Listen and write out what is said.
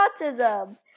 autism